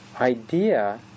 idea